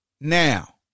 Now